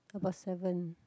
about seven